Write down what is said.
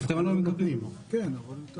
אנחנו נבחן את זה.